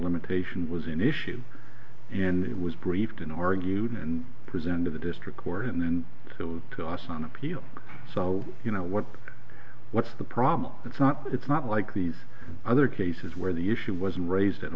limitation was an issue and it was briefed in argued and presented to the district court and then tossed on appeal so you know what what's the problem it's not it's not like these other cases where the issue wasn't raised at